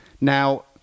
Now